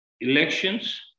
elections